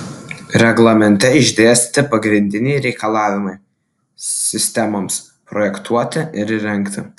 reglamente išdėstyti pagrindiniai reikalavimai sistemoms projektuoti ir įrengti